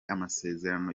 amasezerano